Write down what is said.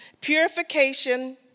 Purification